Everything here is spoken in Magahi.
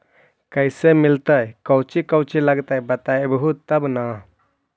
कैसे मिलतय कौची कौची लगतय बतैबहू तो न?